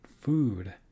food